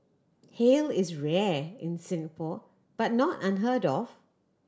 hail is rare in Singapore but not unheard of